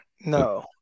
no